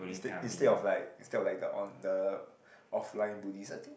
instead of like instead of like the on the offline bullies I think